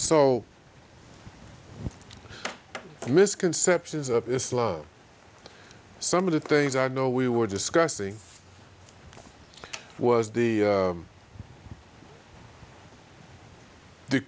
so misconceptions of islam some of the things i know we were discussing was the